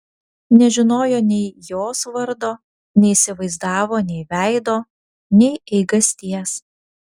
nežinojo nei jos vardo neįsivaizdavo nei veido nei eigasties